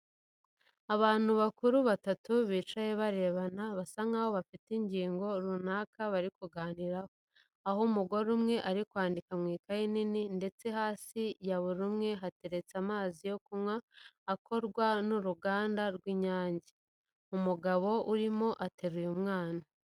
Abantu bakuru batatu bicaye barebana basa n'aho bafite ingingo tunaka bari kuganiraho, aho umugore umwe ari kwandika mu ikayi nini ndetse hasi ya buri umwe hateretse amazi yo kunywa akorwa n'uriganda rw'inyange. Umugabo urarimo ateruye umwana.